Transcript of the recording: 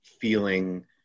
feeling